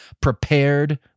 prepared